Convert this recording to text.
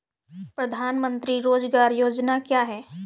प्रधानमंत्री रोज़गार योजना क्या है?